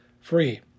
free